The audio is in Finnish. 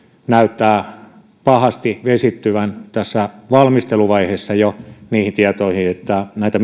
näyttää pahasti vesittyvän jo tässä valmisteluvaiheessa niihin tietoihin että näitä